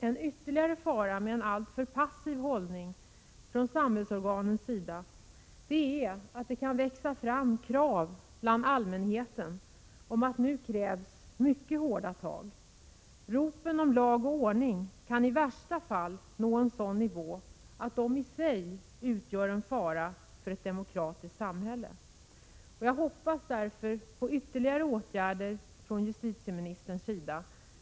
En ytterligare fara med en alltför passiv hållning från samhällsorganens sida är att det bland allmänheten kan växa fram krav på mycket hårda tag. Ropen om lag och ordning kan i värsta fall nå en sådan nivå att de i sig utgör en fara för det demokratiska samhället. Jag hoppas därför på ytterligare åtgärder från justitieministerns sida.